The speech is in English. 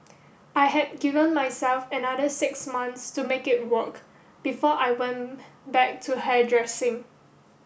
I had given myself another six months to make it work before I went back to hairdressing